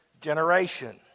generation